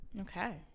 Okay